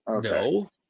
No